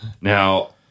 now